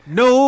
no